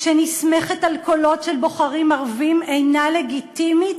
שנסמכת על קולות של בוחרים ערבים אינה לגיטימית